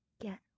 Get